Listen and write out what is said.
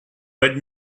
but